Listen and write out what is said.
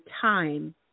time